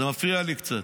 זה מפריע לי קצת,